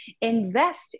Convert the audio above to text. invest